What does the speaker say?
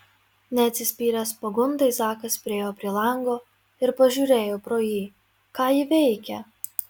neatsispyręs pagundai zakas priėjo prie lango ir pažiūrėjo pro jį ką ji veikia